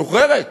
משוחררת.